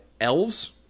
elves